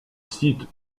site